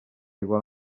igual